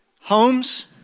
homes